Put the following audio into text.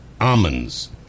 almonds